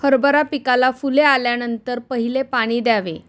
हरभरा पिकाला फुले आल्यानंतर पहिले पाणी द्यावे